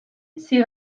sigue